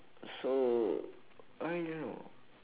so I don't know